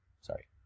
sorry